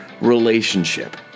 Relationship